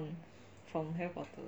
from harry potter